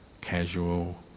casual